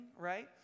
right